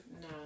No